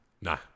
Nah